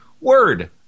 Word